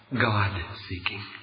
God-seeking